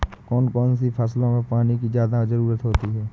कौन कौन सी फसलों में पानी की ज्यादा ज़रुरत होती है?